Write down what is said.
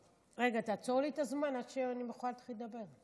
רגע, תעצור לי את הזמן עד שאני אוכל להתחיל לדבר.